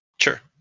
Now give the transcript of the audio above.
Sure